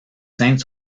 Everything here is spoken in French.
scènes